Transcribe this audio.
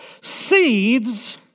Seeds